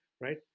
right